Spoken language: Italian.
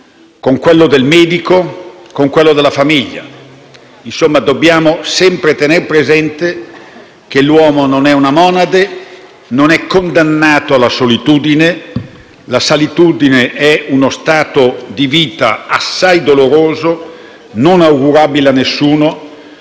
con quello del medico e della famiglia. Insomma, dobbiamo sempre tenere presente che l'uomo non è una monade e non è condannato alla solitudine. La solitudine è uno stato di vita assai doloroso, non augurabile a nessuno,